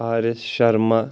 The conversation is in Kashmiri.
R S Sharma